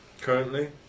Currently